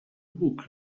bóg